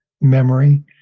memory